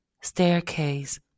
staircase